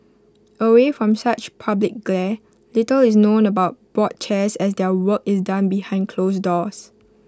away from such public glare little is known about board chairs as their work is done behind closed doors